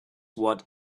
what